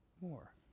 more